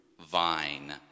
vine